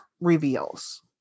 reveals